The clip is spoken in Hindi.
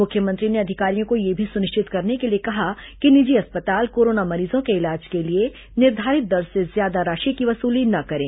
मुख्यमंत्री ने अधिकारियों को यह भी सुनिश्चित करने के लिए कहा कि निजी अस्पताल कोरोना मरीजों के इलाज के लिए निर्धारित दर से ज्यादा राशि की वसूली न करें